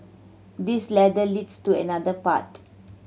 this ladder leads to another path